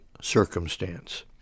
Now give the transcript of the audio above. circumstance